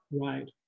Right